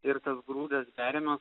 ir tas grūdas beriamas